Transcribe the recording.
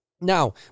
Now